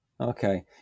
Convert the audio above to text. Okay